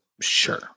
sure